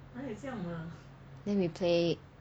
then we play